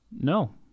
No